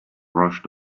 rushed